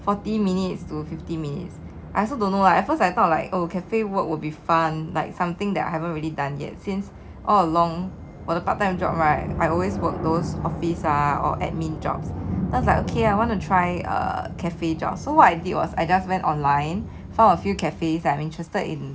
forty minutes to fifty minutes I also don't know lah at first I thought like oh cafe work would be fun like something that I haven't really done yet since all along 我的 part time job right I always work those office ah or admin jobs because like okay I want to try uh cafe job so what I did was I just went online found a few cafes I'm interested in